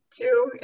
two